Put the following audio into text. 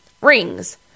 rings